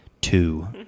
two